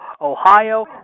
Ohio